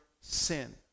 sin